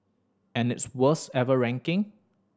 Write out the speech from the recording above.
and its worst ever ranking